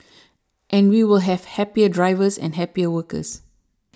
and we will have happier drivers and happier workers